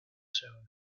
soon